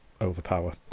overpower